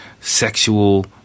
sexual